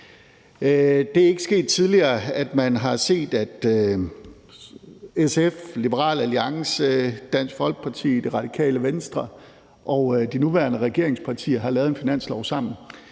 Det er ikke sket tidligere, at man har set, at SF, Liberal Alliance, Dansk Folkeparti, Radikale Venstre og de nuværende regeringspartier har lavet en finanslov sammen.